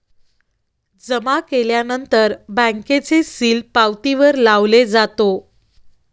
जमा केल्यानंतर बँकेचे सील पावतीवर लावले जातो